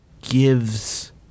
gives